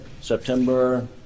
September